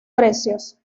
precios